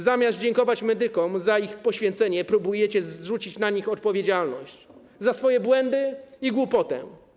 Zamiast dziękować medykom za ich poświęcenie, próbujecie zrzucić na nich odpowiedzialność za swoje błędy i głupotę.